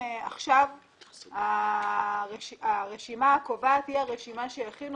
ועכשיו הרשימה הקובעת היא הרשימה שיכינו